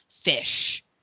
fish